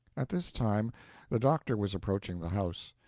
at this time the doctor was approaching the house.